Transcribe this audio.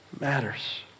matters